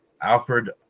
Alfred